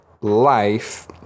life